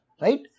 right